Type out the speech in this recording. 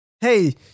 hey